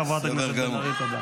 חברת הכנסת בן ארי, תודה.